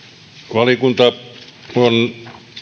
valiokunta